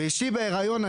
ואשתי בהיריון,